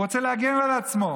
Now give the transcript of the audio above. הוא רוצה להגן על עצמו.